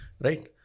right